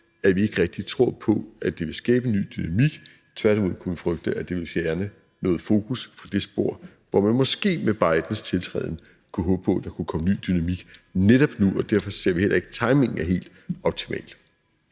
at vi ikke rigtig tror på, at det vil skabe en ny dynamik. Tværtimod kunne vi frygte, at det vil fjerne noget fokus fra det spor, hvor man måske med Bidens tiltræden kunne håbe på, at der kunne komme en ny dynamik netop nu, og derfor ser vi heller ikke, at timingen er helt optimal.